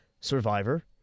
survivor